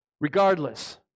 Regardless